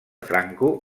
franco